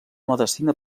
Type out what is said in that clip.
medicina